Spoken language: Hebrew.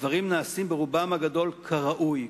הדברים נעשים ברובם הגדול כראוי,